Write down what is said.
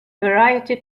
variety